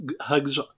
hugs